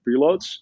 preloads